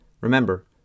Remember